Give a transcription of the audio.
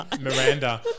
Miranda